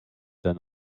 than